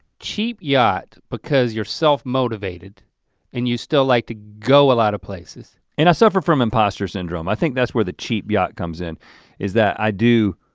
cheap yacht because you're self-motivated and you still like to go a lot of places. and i suffer from imposter syndrome, i think that's where the cheap yacht comes in is that i do,